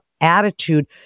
attitude